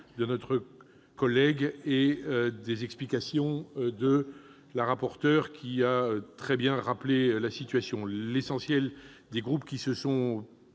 de notre collègue et des explications de Mme la rapporteur qui a très bien rappelé la situation. La plupart des groupes qui se sont